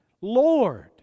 Lord